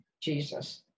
jesus